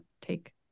take